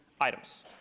items